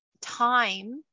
time